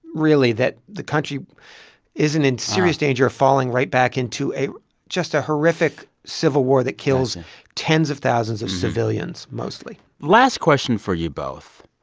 really, that the country isn't in serious danger of falling right back into a just a horrific civil war that kills tens of thousands of civilians, mostly last question for you both.